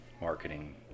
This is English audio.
marketing